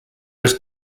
was